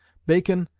bacon,